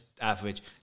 average